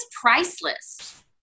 priceless